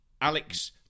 Alex